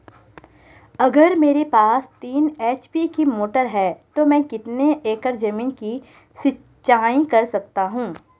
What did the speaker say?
अगर मेरे पास तीन एच.पी की मोटर है तो मैं कितने एकड़ ज़मीन की सिंचाई कर सकता हूँ?